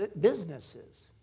businesses